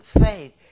faith